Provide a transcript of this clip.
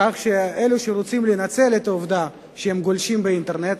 כך שאלה שרוצים לנצל את העובדה שהם גולשים באינטרנט,